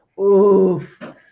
Oof